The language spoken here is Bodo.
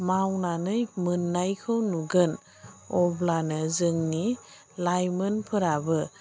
मावनानै मोननायखौ नुगोन अब्लानो जोंनि लाइमोनफोराबो